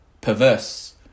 perverse